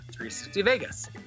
360Vegas